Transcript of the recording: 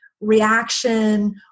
reaction